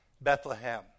Bethlehem